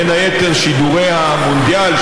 בין היתר בשידורי המונדיאל,